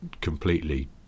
completely